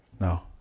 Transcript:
no